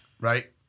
right